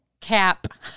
cap